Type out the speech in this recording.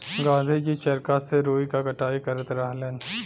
गाँधी जी चरखा से रुई क कटाई करत रहलन